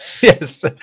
Yes